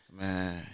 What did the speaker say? Man